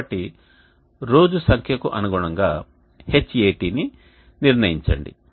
కాబట్టి రోజు సంఖ్యకు అనుగుణం గా Hat ని నిర్ణయించండి